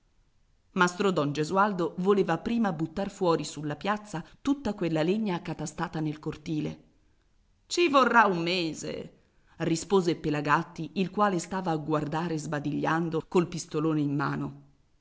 gesualdo voleva prima buttar fuori sulla piazza tutta quella legna accatastata nel cortile ci vorrà un mese rispose pelagatti il quale stava a guardare sbadigliando col pistolone in mano